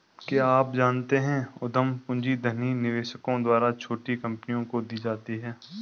क्या आप जानते है उद्यम पूंजी धनी निवेशकों द्वारा छोटी कंपनियों को दी जाती है?